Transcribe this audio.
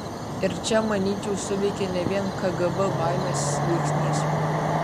ir čia manyčiau suveikė ne vien kgb baimės veiksnys